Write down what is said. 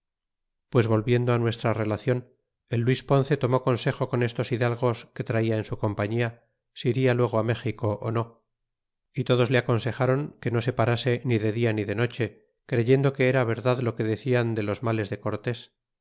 pues volviendo nuestra telaclon el luis ponce tomó consejo con estos hidalgos que traia en su compañia si iria luego méxico ó no y todos le aconsejaron que no se parase ni de dia ni de noche creyendo que era verdad lo que deciaa de los males de cortés